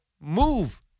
move